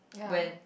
when